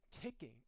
ticking